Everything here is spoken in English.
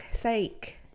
sake